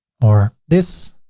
or this.